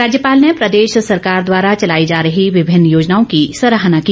राज्यपाल ने प्रदेश सरकार द्वारा चलाई जा रही विभिन्न योजनाओं की सराहना की